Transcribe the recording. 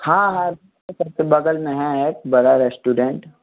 हाँ है बगल में है एक बड़ा रेस्टोरेंट